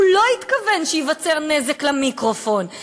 הוא לא התכוון שייווצר נזק למיקרופון,